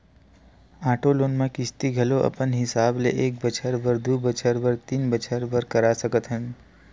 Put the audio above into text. auto loan म किस्ती घलो अपन हिसाब ले एक बछर बर, दू बछर बर, तीन बछर बर करा सकत हस